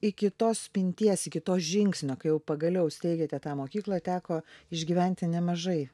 iki tos minties iki to žingsnio kai jau pagaliau įsteigėte tą mokyklą teko išgyventi nemažai